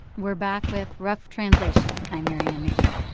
we're back with rough translation. i'm marianne mccune.